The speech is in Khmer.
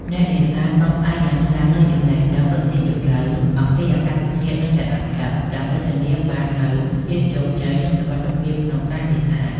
អ្នកនេសាទពឹងផ្អែកយ៉ាងខ្លាំងលើចំណេះដឹងដ៏ស៊ីជម្រៅអំពីអាកាសធាតុ និងចរន្តទឹក ដើម្បីធានាបាននូវភាពជោគជ័យ និងសុវត្ថិភាពក្នុងការនេសាទ។